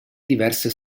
diverse